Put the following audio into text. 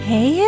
Hey